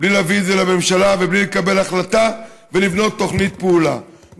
בלי להביא את זה לממשלה ובלי לקבל החלטה ולבנות תוכנית פעולה.